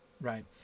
Right